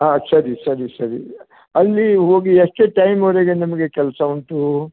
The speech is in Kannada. ಹಾಂ ಸರಿ ಸರಿ ಸರಿ ಅಲ್ಲಿ ಹೋಗಿ ಎಷ್ಟು ಟೈಮ್ವರೆಗೆ ನಿಮಗೆ ಕೆಲಸ ಉಂಟು